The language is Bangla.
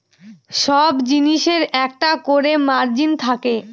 সব জিনিসের একটা করে মার্জিন থাকে